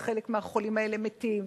וחלק מהחולים האלה מתים,